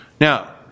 Now